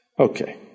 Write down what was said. Okay